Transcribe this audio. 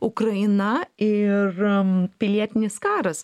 ukraina ir pilietinis karas